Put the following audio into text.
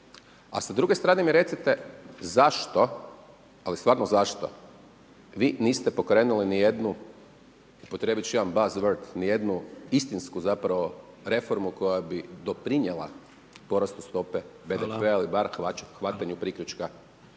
A s druge strane mi recite zašto, ali stvarno zašto vi niste upotrijebili ni jednu, upotrijebiti ću jedan baz words, ni jednu istinsku zapravo reformu koja bi doprinijela porastu stope BDP-a ili bar hvatanju priključka među